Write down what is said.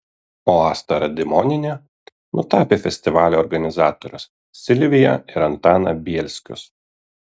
o asta radimonienė nutapė festivalio organizatorius silviją ir antaną bielskius